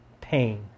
pain